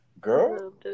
Girl